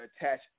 attach